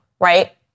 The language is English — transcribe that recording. right